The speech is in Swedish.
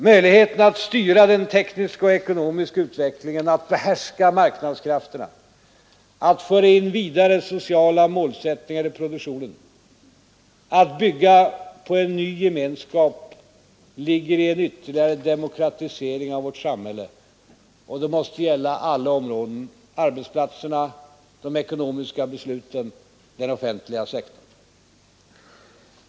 Möjligheten att styra den tekniska och ekonomiska utvecklingen, att behärska marknadskrafterna, att föra in vidare, sociala målsättningar i produktionen, att bygga på en ny gemenskap ligger i en ytterligare demokratisering av vårt samhälle. Den måste gälla alla områden: arbetsplatserna, de ekonomiska besluten, den offentliga sektorn.